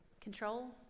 control